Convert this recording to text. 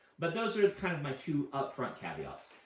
but those are kind of my two up-front caveats.